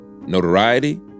Notoriety